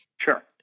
Sure